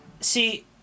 See